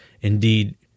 Indeed